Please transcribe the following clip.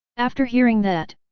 after hearing that,